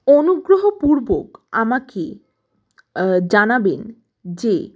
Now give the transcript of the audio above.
অনুগ্রহপূর্বক আমাকে জানাবেন যে